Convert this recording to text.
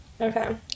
Okay